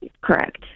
Correct